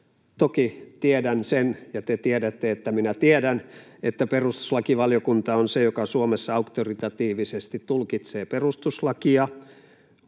Toki tiedän sen, ja te tiedätte, että minä tiedän, että perustuslakivaliokunta on se, joka Suomessa auktoritatiivisesti tulkitsee perustuslakia,